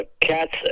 cats